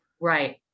Right